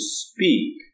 speak